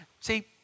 See